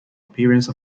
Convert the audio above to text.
appearance